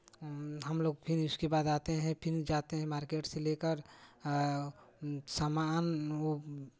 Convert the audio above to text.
हमलोग फिर उसके बाद आते हैं फिर जाते हैं मार्केट से लेकर सामान वो